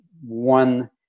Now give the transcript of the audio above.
one